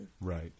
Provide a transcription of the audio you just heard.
Right